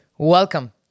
Welcome